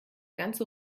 ganze